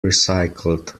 recycled